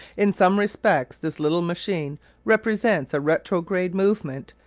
in some respects this little machine represents a retrograde movement,